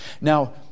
Now